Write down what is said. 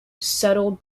settled